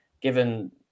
given